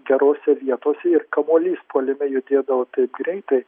gerose vietose ir kamuolys puolime judėdavo taip greitai